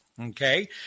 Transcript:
Okay